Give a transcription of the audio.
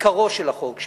עיקרו של החוק,